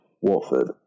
Watford